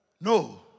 No